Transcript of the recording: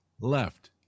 Left